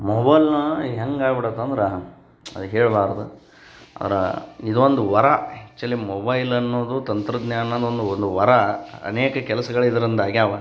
ಮೊಬೈಲ್ನ ಹೆಂಗೆ ಅಗ್ಬಿಟ್ಟತೆ ಅಂದ್ರೆ ಅದು ಹೇಳಬಾರ್ದು ಆದ್ರೆ ಇದೊಂದು ವರ ಆ್ಯಕ್ಚುಲಿ ಮೊಬೈಲ್ ಅನ್ನೋದು ತಂತ್ರಜ್ಞಾನದ್ದೊಂದು ಒಂದು ವರ ಅನೇಕ ಕೆಲ್ಸಗಳು ಇದ್ರಿಂದ ಆಗ್ಯಾವೆ